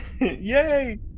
yay